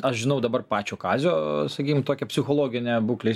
aš žinau dabar pačio kazio sakykim tokį psichologinę būkles